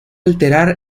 alterar